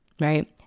right